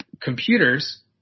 Computers